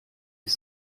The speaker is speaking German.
ich